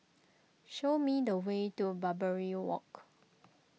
show me the way to Barbary Walk